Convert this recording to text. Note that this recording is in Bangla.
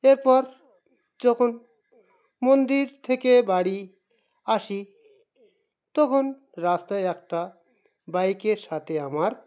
এরপর যখন মন্দির থেকে বাড়ি আসি তখন রাস্তায় একটা বাইকের সাথে আমার